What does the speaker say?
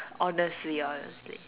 honestly honestly